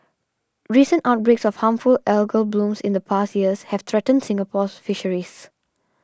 recent outbreaks of harmful algal blooms in the past years have threatened Singapore's Fisheries